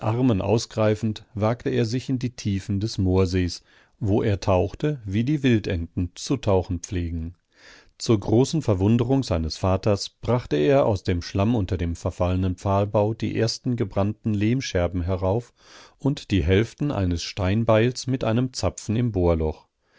ausgreifend wagte er sich in die tiefen des moorsees wo er tauchte wie die wildenten zu tauchen pflegen zur großen verwunderung seines vaters brachte er aus dem schlamm unter dem verfallenen pfahlbau die ersten gebrannten lehmscherben herauf und die hälften eines steinbeils mit einem zapfen im